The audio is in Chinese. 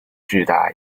巨大